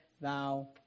thou